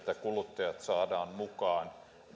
kuluttajat saadaan mukaan